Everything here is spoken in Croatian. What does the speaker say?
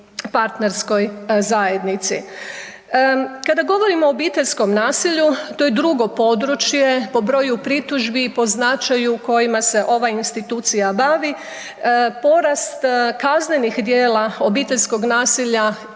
partnerskoj zajednici. Kada govorimo o obiteljskom nasilju to je drugo područje po broju pritužbi i po značaju kojima se ova institucija bavi. Porast kaznenih djela obiteljskog nasilja